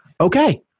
okay